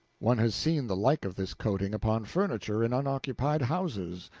one has seen the like of this coating upon furniture in unoccupied houses,